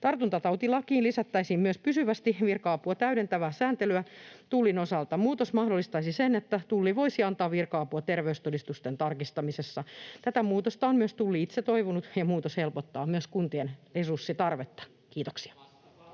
Tartuntatautilakiin lisättäisiin myös pysyvästi virka-apua täydentävää sääntelyä Tullin osalta. Muutos mahdollistaisi sen, että Tulli voisi antaa virka-apua terveystodistusten tarkastamisessa. Tätä muutosta on myös Tulli itse toivonut, ja muutos helpottaa kuntien resurssitarvetta. — Kiitoksia.